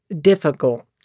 difficult